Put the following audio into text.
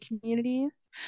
communities